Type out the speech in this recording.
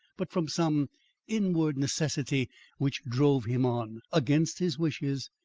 but from some inward necessity which drove him on, against his wishes,